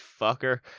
fucker